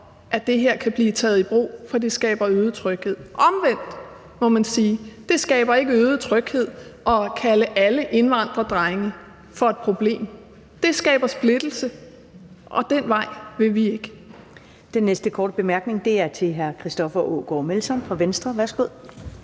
at det her kan blive taget i brug, for det skaber øget tryghed. Omvendt må man sige, at det ikke skaber øget tryghed at kalde alle indvandrerdrenge for et problem. Det skaber splittelse, og den vej vil vi ikke.